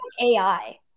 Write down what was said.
AI